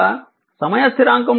కనుక సమయ స్థిరాంకం T RC అని చూసాము